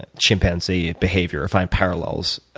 and chimpanzee behavior, find parallels.